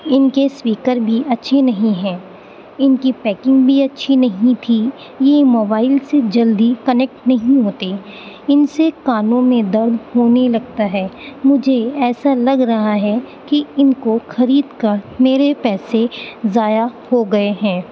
ان کے اسپیکر بھی اچھے نہیں ہیں ان کی پیکنگ بھی اچھی نہیں تھی یہ موبائل سے جلدی کنیکٹ نہیں ہوتے ان سے کانوں میں درد ہونے لگتا ہے مجھے ایسا لگ رہا ہے کہ ان کو خرید کر میرے پیسے ضائع ہو گئے ہیں